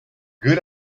good